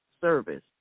service